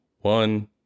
one